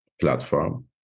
platform